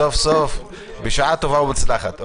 בשעה טובה ומוצלחת.